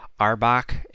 Arbach